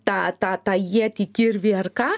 tą tą tą ietį kirvį ar ką